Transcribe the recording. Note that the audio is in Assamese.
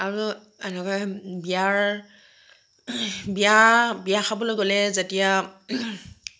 আৰু এনেকৈ বিয়াৰ বিয়া বিয়া খাবলৈ গ'লে যেতিয়া